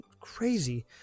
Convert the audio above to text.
crazy